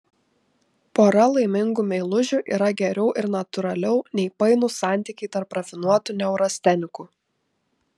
pora laimingų meilužių yra geriau ir natūraliau nei painūs santykiai tarp rafinuotų neurastenikų